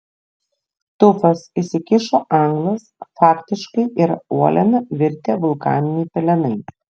tufas įsikišo anglas faktiškai yra uoliena virtę vulkaniniai pelenai